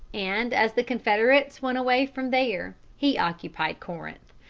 and, as the confederates went away from there, he occupied corinth,